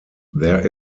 there